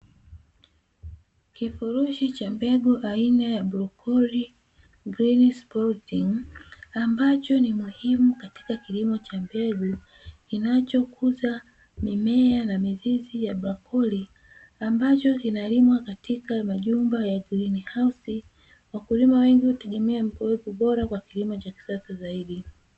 Kifurushi cha mbegu aina ya "BROCCOLI GREEN SPROUTING", ambacho ni muhimu katika kilimo cha mbegu, kinachokuza mimea na mizizi ya bakuli ambacho kinalimwa katika majumba ya "greenhouse". Wakulima wengi hutegemea mbegu bora kwa kilimo cha kisasa zaidi.